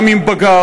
גם אם בגר,